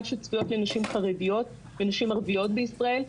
שצפויות לנשים חרדיות ונשים ערביות בישראל.